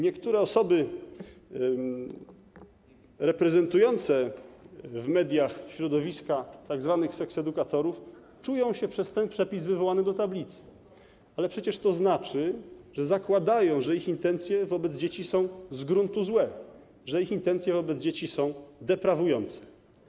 Niektóre osoby reprezentujące w mediach środowiska tzw. seksedukatorów czują się z powodu tego przepisu wywołane do tablicy, ale przecież to znaczy, że zakładają, że ich intencje wobec dzieci są z gruntu złe, że ich intencje wobec dzieci są deprawujące.